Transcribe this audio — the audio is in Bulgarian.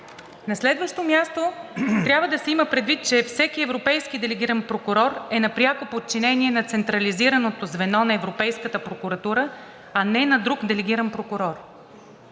На следващо място трябва да се има предвид, че всеки европейски делегиран прокурор е на пряко подчинение на централизираното звено на Европейската прокуратура, а не на друг делегиран прокурор.